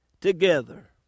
together